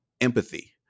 empathy